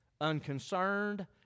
unconcerned